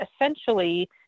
essentially